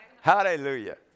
Hallelujah